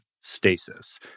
stasis